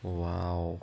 wow